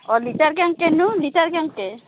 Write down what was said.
অঁ লিটাৰ কেনকেনো লিটাৰ কেনকে